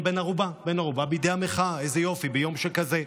בן ערובה בידי המחאה, איזה יופי, ביום שכזה.